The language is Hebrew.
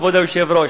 כבוד היושב-ראש,